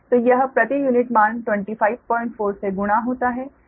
तो यह प्रति यूनिट मान 254 से गुणा होता है